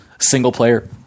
single-player